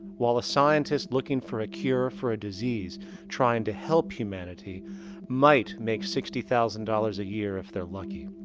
while a scientist looking for a cure for a disease trying to help humanity might make sixty thousand dollars a year if they're lucky